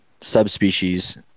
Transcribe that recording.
subspecies